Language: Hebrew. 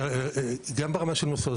גם ברמה של מוסדות,